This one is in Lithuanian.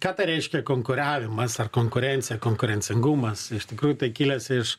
ką tai reiškia konkuravimas ar konkurencija konkurencingumas iš tikrųjų tai kilęs iš